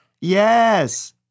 Yes